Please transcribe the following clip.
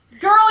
girl